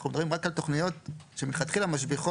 אנחנו מדברים רק על תוכניות שמלכתחילה משביחות,